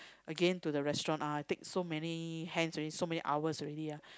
again to the restaurant ah take so many hands already so many hours already ah